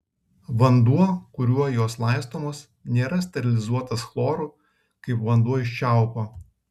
vanduo kuriuo jos laistomos nėra sterilizuotas chloru kaip vanduo iš čiaupo